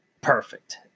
perfect